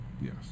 Yes